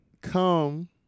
come